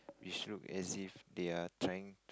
which look as if they're trying